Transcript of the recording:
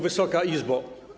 Wysoka Izbo!